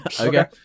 okay